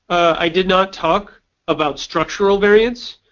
i did not talk about structural variants,